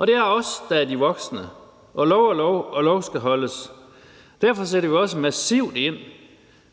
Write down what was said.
Det er os, der er de voksne, og lov er lov, og lov skal holdes. Derfor sætter vi også massivt ind.